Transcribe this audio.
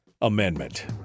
amendment